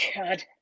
god